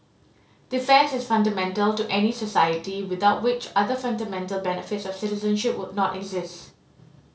defence is fundamental to any society without which other fundamental benefits of citizenship would not exist